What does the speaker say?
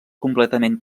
completament